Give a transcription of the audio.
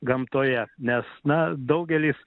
gamtoje nes na daugelis